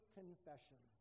confession